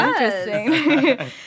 interesting